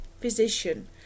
physician